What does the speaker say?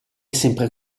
sempre